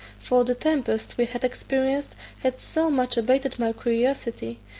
for the tempests we had experienced had so much abated my curiosity,